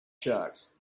sharks